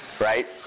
right